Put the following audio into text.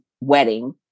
wedding